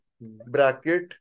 bracket